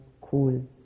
cool